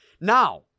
Now